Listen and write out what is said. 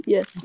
Yes